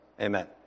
Amen